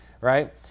right